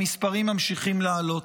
המספרים ממשיכים לעלות.